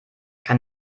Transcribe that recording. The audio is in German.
kann